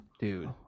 Dude